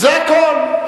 זה הכול.